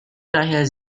daher